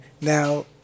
Now